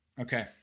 Okay